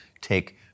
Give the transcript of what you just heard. take